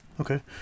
okay